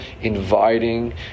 inviting